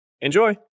Enjoy